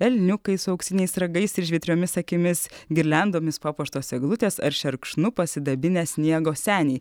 elniukai su auksiniais ragais ir žvitriomis akimis girliandomis papuoštos eglutės ar šerkšnu pasidabinę sniego seniai